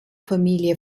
familie